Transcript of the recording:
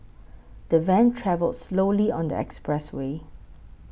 the van travelled slowly on the expressway